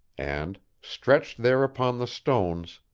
and, stretched there upon the stones,